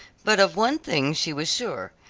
but of one thing she was sure,